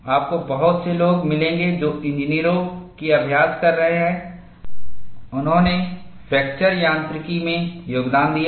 आपको बहुत से लोग मिलेंगे जो इंजीनियरों की अभ्यास कर रहे हैं उन्होंने फ्रैक्चर यांत्रिकी में योगदान दिया है